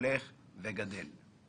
הולך וגדל.